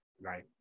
right